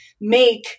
make